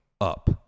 up